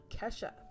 Kesha